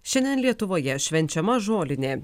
šiandien lietuvoje švenčiama žolinė